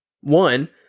One